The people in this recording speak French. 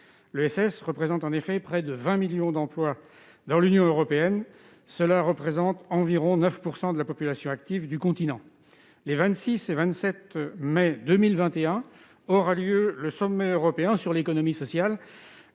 L'ESS représente en effet près de 20 millions d'emplois dans l'Union européenne et environ 9 % de la population active du continent. Les 26 et 27 mai 2021 aura lieu le Sommet européen de l'économie sociale